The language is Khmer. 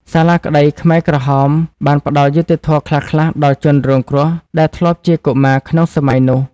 សាលាក្ដីខ្មែរក្រហមបានផ្ដល់យុត្តិធម៌ខ្លះៗដល់ជនរងគ្រោះដែលធ្លាប់ជាកុមារក្នុងសម័យនោះ។